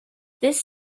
this